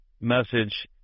message